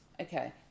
Okay